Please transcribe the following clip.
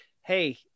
hey